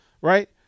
Right